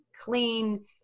clean